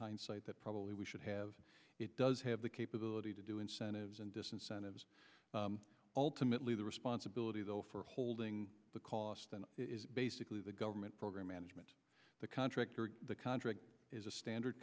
hindsight that probably we should have it does have the capability to do incentives and disincentives ultimately the responsibility though for holding the cost is basically the government program management the contractor the contract is a standard